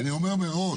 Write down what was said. אני אומר מראש,